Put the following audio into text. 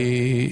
טיפה יותר.